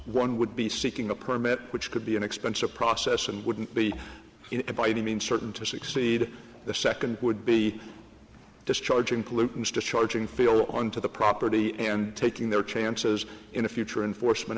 one would be seeking a permit which could be an expensive process and wouldn't be inviting means certain to succeed the second would be discharging pollutants discharging feel onto the property and taking their chances in the future and for